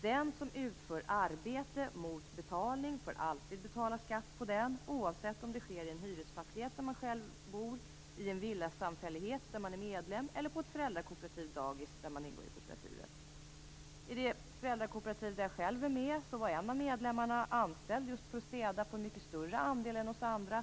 Den som utför arbete mot betalning får alltid betala skatt på detta, oavsett om det sker i en hyresfastighet där man själv bor, i en villasamfällighet där man är medlem eller på ett föräldrakooperativt dagis där man ingår i kooperativet. I det föräldrakooperativ där jag själv är med, var en av medlemmarna anställd just för städa på en mycket större andel än oss andra.